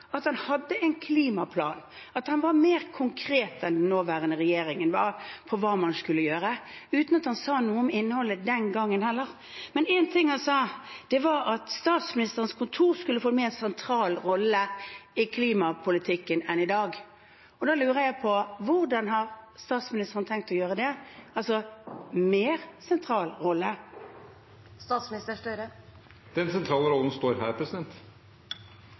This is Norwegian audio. at han hadde en klimaplan, at han var mer konkret enn den daværende regjeringen for hva man skulle gjøre – uten at han heller den gangen sa noe om innholdet. Men en ting han sa, var at Statsministerens kontor skulle få en mer sentral rolle i klimapolitikken enn i dag. Da lurer jeg på: Hvordan har statsministeren tenkt å gjøre det – altså en mer sentral rolle? Den sentrale rollen står her.